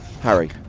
Harry